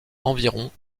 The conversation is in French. environ